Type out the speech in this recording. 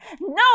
No